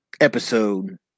episode